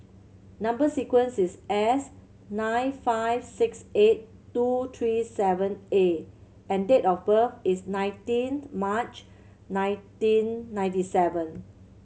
number sequence is S nine five six eight two three seven A and date of birth is nineteenth March nineteen ninety seven